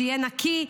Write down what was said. שיהיה נקי,